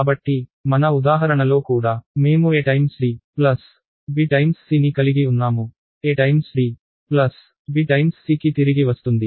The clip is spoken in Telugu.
కాబట్టి మన ఉదాహరణలో కూడా మేము ad bc ని కలిగి ఉన్నాము adbc కి తిరిగి వస్తుంది